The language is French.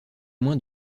moins